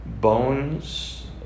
bones